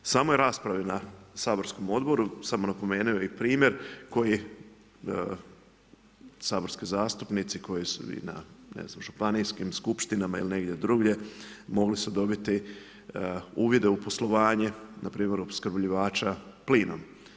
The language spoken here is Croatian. Samoj raspravi na saborskom odboru sam napomenuo i primjer koji, saborski zastupnici koji su ne znam, na županijskim, skupštinama ili negdje drugdje, mogli su dobiti uvide u poslovanje npr. opskrbljivača plinom.